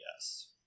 yes